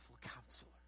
counselor